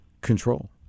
control